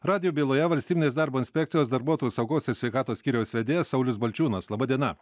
radijo byloje valstybinės darbo inspekcijos darbuotojų saugos ir sveikatos skyriaus vedėjas saulius balčiūnas laba diena